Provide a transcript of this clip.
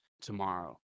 tomorrow